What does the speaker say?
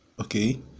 okay